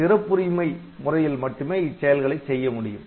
சிறப்புரிமை முறையில் மட்டுமே இச்செயல்களை செய்ய முடியும்